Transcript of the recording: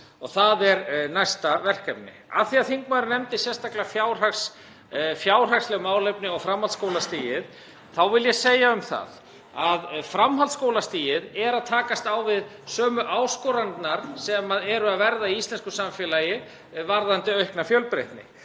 og það er næsta verkefni. Af því að þingmaðurinn nefndi sérstaklega fjárhagsleg málefni og framhaldsskólastigið þá vil ég segja að framhaldsskólastigið er að takast á við sömu áskoranirnar sem eru að verða í íslensku samfélagi varðandi aukna fjölbreytni.